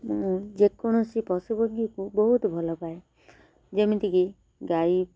ମୁଁ ଯେକୌଣସି ପଶୁପକ୍ଷୀକୁ ବହୁତ ଭଲ ପାଏ ଯେମିତିକି ଗାଈ